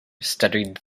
studied